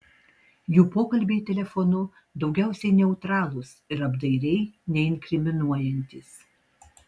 jų pokalbiai telefonu daugiausiai neutralūs ir apdairiai neinkriminuojantys